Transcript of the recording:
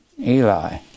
Eli